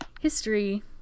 history